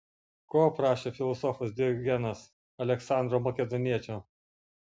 ko prašė filosofas diogenas aleksandro makedoniečio